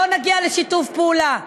לא נגיע לשיתוף פעולה.